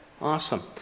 Awesome